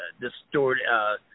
distorted